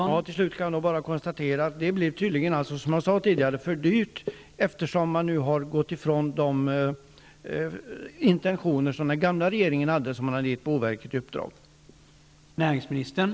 Herr talman! Jag konstaterar att det tydligen blir som jag tidigare sade, nämligen för dyrt. Nu har man gått ifrån de intentioner som den gamla regeringen hade och som boverket hade fått i uppdrag att följa.